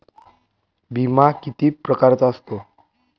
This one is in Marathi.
बिमा किती परकारचा असतो?